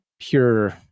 pure